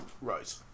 Right